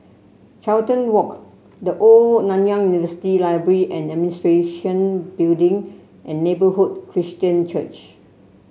Carlton Walk The Old Nanyang University Library And Administration Building and Neighbourhood Christian Church